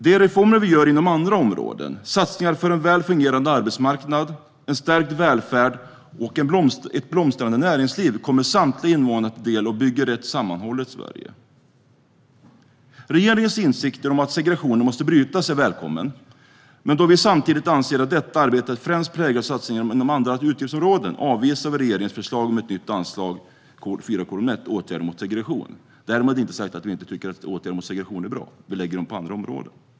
De reformer som vi genomför inom andra områden - satsningar för en väl fungerande arbetsmarknad, en stärkt välfärd och ett blomstrande näringsliv - kommer samtliga invånare till del och bygger ett sammanhållet Sverige. Regeringens insikter om att segregationen måste brytas är välkomna, men då vi samtidigt anser att detta arbete främst präglas av satsningar inom andra utgiftsområden avvisar vi regeringens förslag om ett nytt anslag 4:1 Åtgärder mot segregation. Däremot inte sagt att vi inte tycker att åtgärder mot segregation är bra, men vill vidta dem på andra områden.